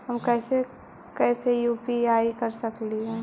हम कैसे कैसे यु.पी.आई कर सकली हे?